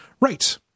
Right